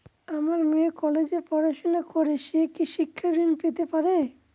আমার মেয়ে কলেজে পড়াশোনা করে সে কি শিক্ষা ঋণ পেতে পারে?